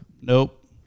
Nope